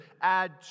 add